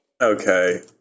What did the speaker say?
Okay